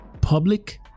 public